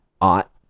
ought